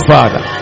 Father